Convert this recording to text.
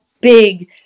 big